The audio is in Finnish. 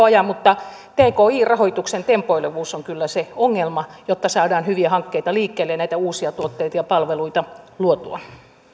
ajan mutta tki rahoituksen tempoilevuus on kyllä se ongelma kun pitäisi saada hyviä hankkeita liikkeelle ja näitä uusia tuotteita ja palveluita luotua